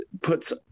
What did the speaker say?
puts